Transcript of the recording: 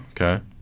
Okay